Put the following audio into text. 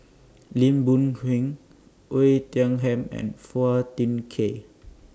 Lim Boon Heng Oei Tiong Ham and Phua Thin Kiay